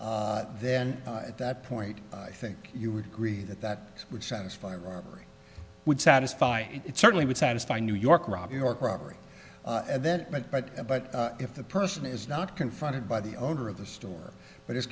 then at that point i think you would agree that that would satisfy robbery would satisfy it certainly would satisfy new york rob york robbery that but but but if the person is not confronted by the owner of the store but is